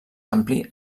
ampli